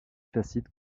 tacite